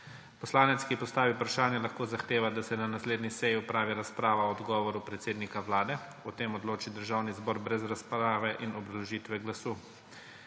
Poslanec, ki postavi vprašanje, lahko zahteva, da se na naslednji seji opravi razprava o odgovoru predsednika Vlade; o tem odloči Državni zbor brez razprave in obrazložitve glasu.